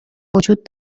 وجود